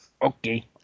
Okay